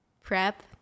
prep